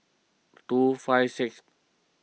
two five six